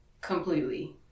Completely